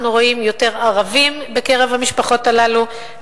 אנחנו רואים יותר ערבים בקרב המשפחות הללו,